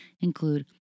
include